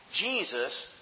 Jesus